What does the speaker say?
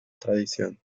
tradición